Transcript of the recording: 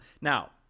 Now